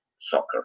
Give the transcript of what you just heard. soccer